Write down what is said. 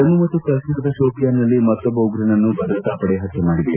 ಜಮ್ನು ಮತ್ತು ಕಾಶ್ನೀರದ ಶೋಪಿಯಾನ್ನಲ್ಲಿ ಮತ್ತೊಬ್ಬ ಉಗ್ರನನ್ನು ಭದ್ರತಾಪಡೆ ಹತ್ತೆ ಮಾಡಿದೆ